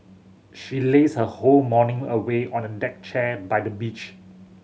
she lazed her whole morning away on a deck chair by the beach